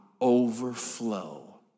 overflow